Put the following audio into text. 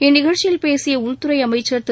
இந்நிகழ்ச்சியில் பேசிய உள்துறை அமைக்கள் திரு